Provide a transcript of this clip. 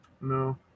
No